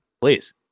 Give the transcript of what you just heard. Please